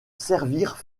servirent